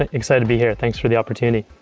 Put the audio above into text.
ah excited to be here. thanks for the opportunity